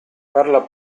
parla